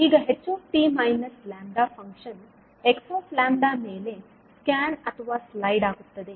ಈಗ ℎ 𝑡 −𝜆 ಫಂಕ್ಷನ್ 𝑥 𝜆 ಮೇಲೆ ಸ್ಕ್ಯಾನ್ ಅಥವಾ ಸ್ಲೈಡ್ ಆಗುತ್ತದೆ